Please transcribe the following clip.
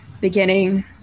beginning